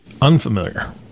unfamiliar